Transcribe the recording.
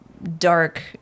dark